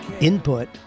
input